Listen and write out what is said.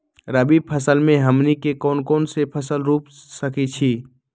रबी फसल में हमनी के कौन कौन से फसल रूप सकैछि?